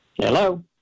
Hello